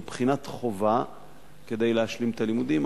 זו בחינת חובה כדי להשלים את הלימודים,